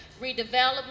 redevelopment